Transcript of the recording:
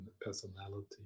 personality